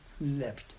left